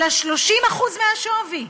אלא 30% מהשווי,